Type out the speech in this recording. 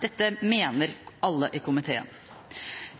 dette mener alle i komiteen.